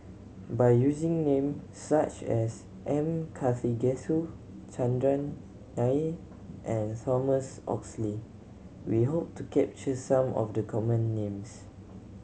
by using name such as M Karthigesu Chandran Nair and Thomas Oxley we hope to capture some of the common names